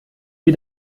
wie